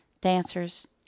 dancers